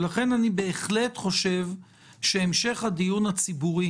לכן אני בהחלט חושב שהמשך הדיון הציבורי